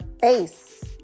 face